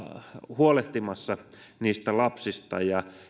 huolehtimassa lapsista